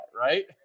right